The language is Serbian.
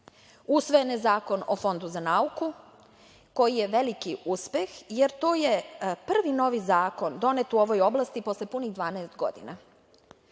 je Zakon o Fondu za nauku, koji je veliki uspeh, jer to je prvi novi zakon donet u ovoj oblasti posle punih 12 godina. Ključni